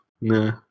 Nah